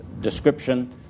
description